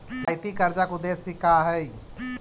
रियायती कर्जा के उदेश्य का हई?